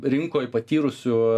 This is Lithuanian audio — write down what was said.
rinkoj patyrusių